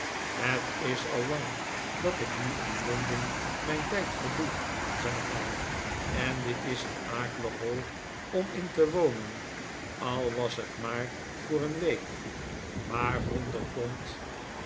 het is al lang dat ik nu in londen mijn tijd verdoe zei hij eh dit is een akelig hoi om in te wonen al was het maar voor een week maar honderd pond